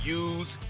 use